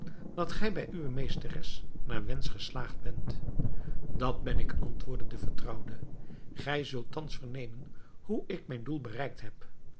dat gij bij uwe meesteres naar wensch geslaagd zijt dat ben ik antwoordde de vertrouwde gij zult thans vernemen hoe ik mijn doel bereikt heb